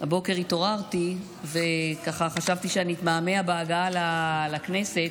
הבוקר התעוררתי וככה חשבתי שאני אתמהמה בהגעה לכנסת,